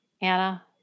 Anna